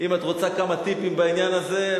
אם את רוצה כמה טיפים בעניין הזה,